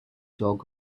dog